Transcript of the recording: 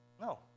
No